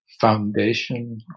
foundation